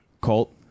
Colt